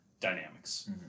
dynamics